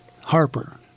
Harper